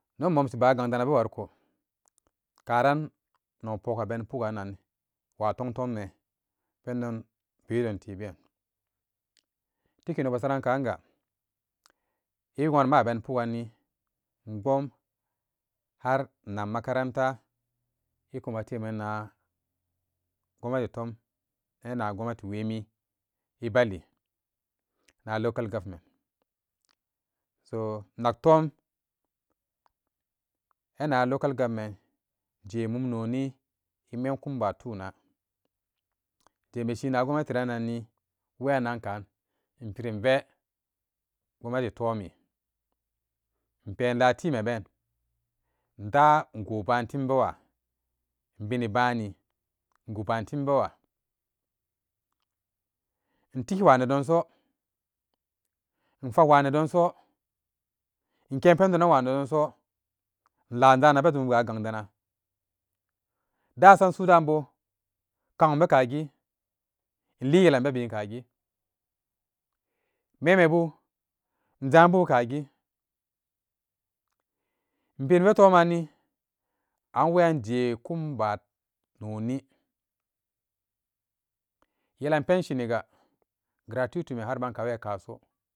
Inno in momsi ba'a gang dana be wanko karan nakpok aben ɛ puk annan wa tontong me pendon wirum tebe, tiké nok be saran kanga ɛ nwanum a be ni puganni in bomg har in nak makaranta, ikkuma teman na gomnati tom e na gomnati wemi, ɛ bali, na local government so in naktom a na local government je mum noni ɛ memkumba tuna, jeme shinna gomnati ranni we yannan kaan in piriin ve gomnati too mi in pe in zan time ben, inda, ingo pbantim bewa, in bini pbanni, ingu pbantim bewa in tigi wa nedon so, in fak wa nedon so, in ke pendon nan wa nedon so, in laa in zanan bezum wa gang dana, dasan su dan bo, kagum be kagi, in li in yelan be bin kagi, memme bu in zanbu kagi in piri ve tomanni an weyan je kumba noni yelan pension niga gratutu me har ba ka weyan ɛ ikaso